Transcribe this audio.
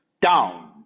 down